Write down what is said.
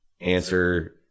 answer